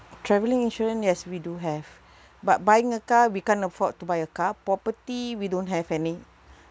travelling insurance yes we do have but buying a car we can't afford to buy a car property we don't have any